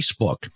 Facebook